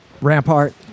Rampart